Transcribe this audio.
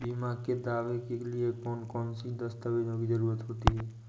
बीमा के दावे के लिए कौन कौन सी दस्तावेजों की जरूरत होती है?